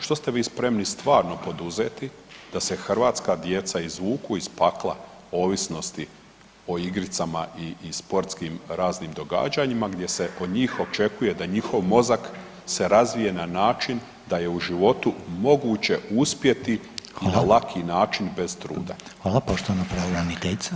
Što ste vi spremni stvarno poduzeti da se hrvatska djeca izvuku iz pakla ovisnosti o igricama i sportskim raznim događanjima gdje se kod njih očekuje da njihov mozak se razvije na način da je u životu moguće uspjeti na laki način bez truda?